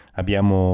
Abbiamo